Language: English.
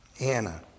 Anna